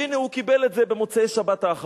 והנה הוא קיבל את זה במוצאי-שבת האחרון.